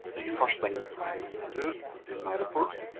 see, first thing i'm going to do in my report,